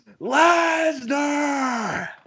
Lesnar